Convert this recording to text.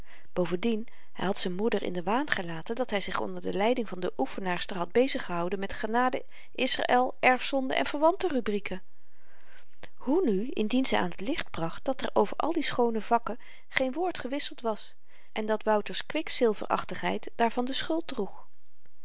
bovendien hy had z'n moeder in den waan gelaten dat hy zich onder de leiding van de oefenaarster had beziggehouden met genade israel erfzonde en verwante rubrieken hoe nu indien zy aan t licht bracht dat er over al die schoone vakken geen woord gewisseld was en dat wouter's kwikzilverachtigheid daarvan de schuld droeg